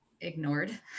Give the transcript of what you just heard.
ignored